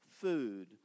food